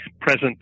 present